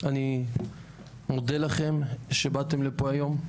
אני מודה לכם שבאתם לפה היום.